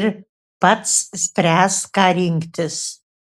ir pats spręs ką rinktis